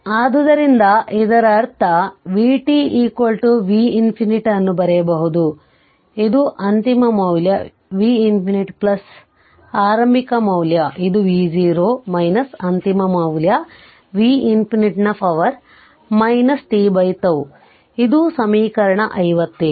ಆದ್ದರಿಂದ ಇದರರ್ಥ vt v ∞ ಅನ್ನು ಬರೆಯಬಹುದು ಇದು ಅಂತಿಮ ಮೌಲ್ಯ v ∞ ಆರಂಭಿಕ ಮೌಲ್ಯ ಅದು v0 ಅಂತಿಮ ಮೌಲ್ಯ v ∞ ನ ಪವರ್ t τ ಇದು ಸಮೀಕರಣ 57